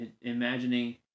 Imagining